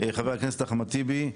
חבר הכנסת אחמד טיבי,